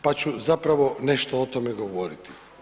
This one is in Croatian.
Pa ću zapravo nešto o tome govoriti.